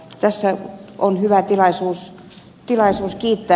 tässä on hyvä tilaisuus kiittää ed